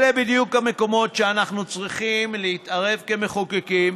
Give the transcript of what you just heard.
אלה בדיוק המקומות שאנחנו צריכים להתערב בהם כמחוקקים